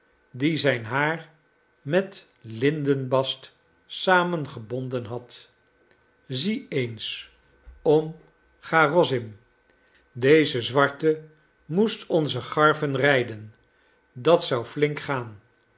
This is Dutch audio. die zijn haar met lindenbast samengebonden had zie eens oom garoszim deze zwarte moest onze garven rijden dat zou flink gaan